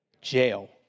Jail